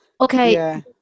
okay